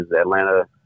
Atlanta –